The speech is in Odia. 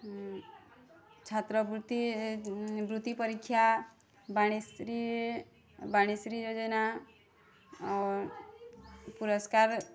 ଛାତ୍ରବୃତ୍ତି ବୃତ୍ତି ପରୀକ୍ଷା ବାଣୀଶ୍ରୀ ବାଣୀଶ୍ରୀ ଯୋଜନା ଔର୍ ପୁରସ୍କାର୍